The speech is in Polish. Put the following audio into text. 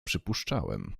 przypuszczałem